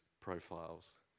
profiles